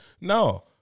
no